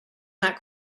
not